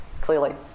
Clearly